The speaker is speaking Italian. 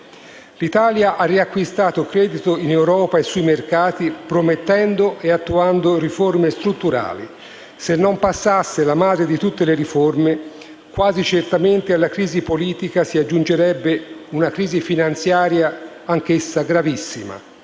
L'Italia ha riacquistato credito in Europa e sui mercati promettendo e attuando riforme strutturali. Se non passasse la madre di tutte le riforme, quasi certamente alla crisi politica si aggiungerebbe una crisi finanziaria anch'essa gravissima.